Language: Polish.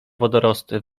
wodorosty